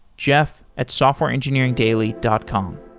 jeff at softwareengineeringdaily dot com.